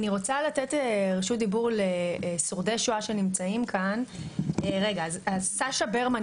אני רוצה לתת את רשות הדיבור לשורדי השואה שנמצאים כאן: סשה ברמן,